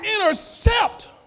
intercept